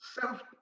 self